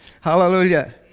Hallelujah